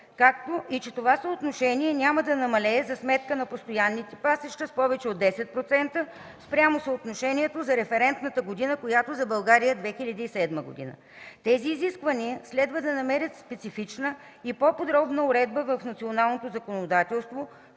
както и че това съотношение няма да намалее за сметка на постоянни пасища с повече от 10% спрямо съотношението за референтната година, която за България е 2007 г. Тези изисквания следва да намерят специфична и по-подробна уредба в националното законодателство,